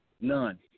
None